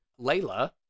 Layla